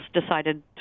decided